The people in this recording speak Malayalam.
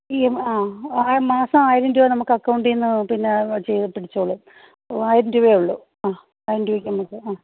ഇ എം ആ മാസം ആയിരം രൂപ നമുക്ക് അക്കൗണ്ടീന്ന് പിന്നെ ചെയ്ത് പിടിച്ചോളും ആയിരം രൂപയെ ഉള്ളൂ ആ ആയിരം രൂപക്ക് നമുക്ക് ആ